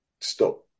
stop